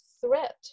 threat